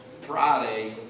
Friday